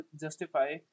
justify